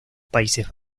países